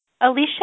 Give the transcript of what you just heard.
Alicia